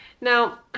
Now